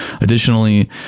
Additionally